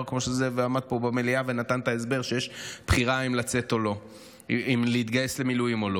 הוא עמד פה במליאה ונתן את ההסבר שיש בחירה אם להתגייס למילואים או לא.